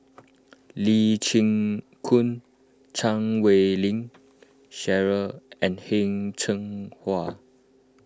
Lee Chin Koon Chan Wei Ling Cheryl and Heng Cheng Hwa